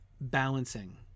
balancing